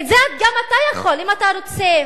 ואת זה גם אתה יכול, אם אתה רוצה